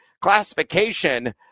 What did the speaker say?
classification